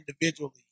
individually